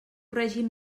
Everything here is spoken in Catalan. règim